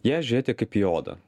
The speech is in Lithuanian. į ją žiūrėti kaip į odą